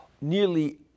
nearly